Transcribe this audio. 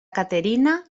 caterina